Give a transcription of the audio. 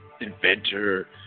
inventor